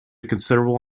considerable